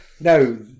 No